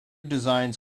designs